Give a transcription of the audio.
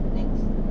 next